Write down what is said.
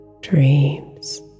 dreams